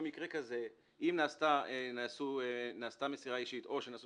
שבמקרה כזה אם נעשתה מסירה אישית או שנעשו